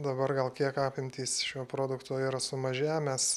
dabar gal kiek apimtys šio produkto yra sumažėję mes